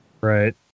Right